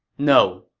no!